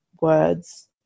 words